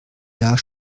jahr